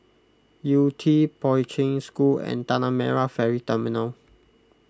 Yew Tee Poi Ching School and Tanah Merah Ferry Terminal